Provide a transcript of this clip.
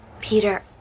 Peter